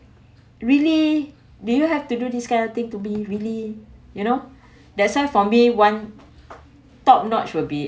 really did you have to do this kind of thing to be really you know that's why for me one top notch will be